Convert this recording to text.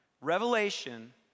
Revelation